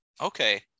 Okay